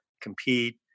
compete